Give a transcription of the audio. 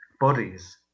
bodies